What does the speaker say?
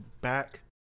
back